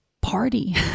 party